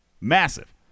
massive